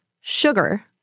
sugar